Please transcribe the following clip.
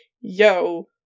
yo